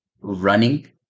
running